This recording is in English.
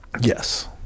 yes